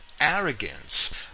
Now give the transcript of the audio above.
arrogance